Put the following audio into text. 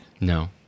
No